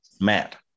Matt